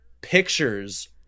pictures